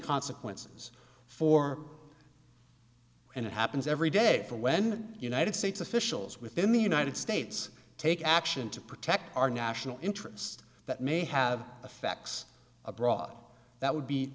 consequences for and it happens every day for when united states officials within the united states take action to protect our national interest that may have effects abroad that would be